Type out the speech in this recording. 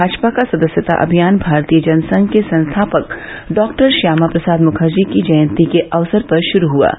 भाजपा का सदस्यता अभियान भारतीय जनसंघ के संस्थापक डॉक्टर श्यामा प्रसाद मुखर्जी की जयंती के अवसर पर शुरू हुआ है